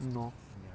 mm lor